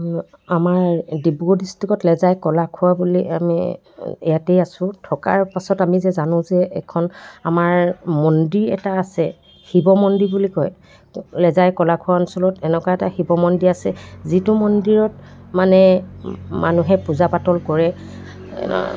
আমাৰ ডিব্ৰুগড় ডিষ্ট্ৰিক্টত লেজাই কলাখোৱা বুলি আমি ইয়াতেই আছোঁ থকাৰ পাছত আমি যে জানো যে এখন আমাৰ মন্দিৰ এটা আছে শিৱ মন্দিৰ বুলি কয় লেজাই কলাখোৱা অঞ্চলত এনেকুৱা এটা শিৱ মন্দিৰ আছে যিটো মন্দিৰত মানে মানুহে পূজা পাতল কৰে